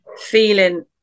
feeling